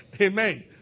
Amen